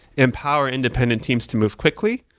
empower independent teams to move quickly,